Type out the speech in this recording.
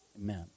Amen